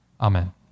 Amen